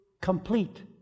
complete